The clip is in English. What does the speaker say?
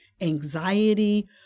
anxiety